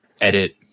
edit